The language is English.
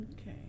Okay